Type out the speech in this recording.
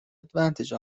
advantage